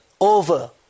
over